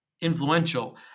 influential